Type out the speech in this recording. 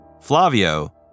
Flavio